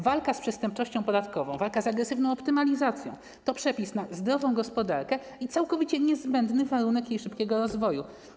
Walka z przestępczością podatkową, walka z agresywną optymalizacją to przepis na zdrową gospodarkę i całkowicie niezbędny warunek jej szybkiego rozwoju.